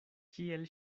kiel